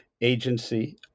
agency